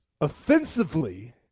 offensively